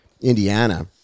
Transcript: Indiana